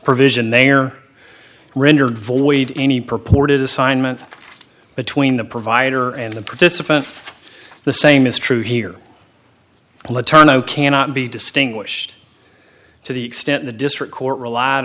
provision they are rendered void any purported assignment between the provider and the participant the same is true here and the turnover cannot be distinguished to the extent the district court relied